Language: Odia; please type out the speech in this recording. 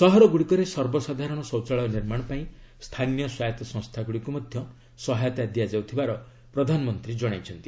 ସହରଗୁଡ଼ିକରେ ସର୍ବସାଧାରଣ ଶୌଚାଳୟ ନିର୍ମାଣ ପାଇଁ ସ୍ଥାନୀୟ ସ୍ୱାୟତ ସଂସ୍ଥାଗୁଡ଼ିକୁ ମଧ୍ୟ ସହାୟତା ଦିଆଯାଉଥିବାର ପ୍ରଧାନମନ୍ତ୍ରୀ କ୍ଷଣାଇଛନ୍ତି